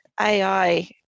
AI